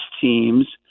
teams